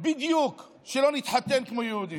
בדיוק שלא נתחתן כמו יהודים.